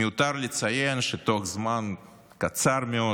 מיותר לציין שתוך זמן קצר מאוד